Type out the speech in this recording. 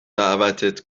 دعوتت